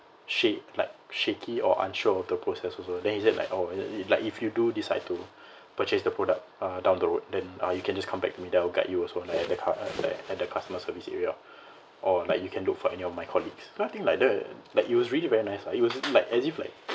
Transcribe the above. sha~ like shaky or unsure of the process also then he said like oh like if you do decide to purchase the product uh down the road then uh you can just come back to me then I'll guide you also like at the cu~ at the customer service area or like you can look for any of my colleagues so I think like the like he was really very nice lah he was like as if like